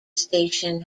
station